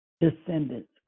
descendants